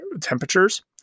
temperatures